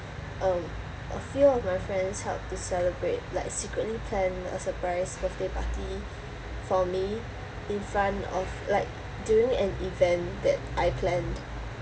um a few of my friends helped to celebrate like secretly planned a surprise birthday party for me in front of like during an event that I planned